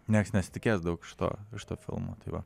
nieks nesitikės daug iš to iš to filmo tai va